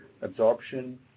absorption